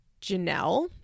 Janelle